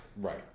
right